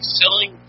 selling